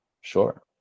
sure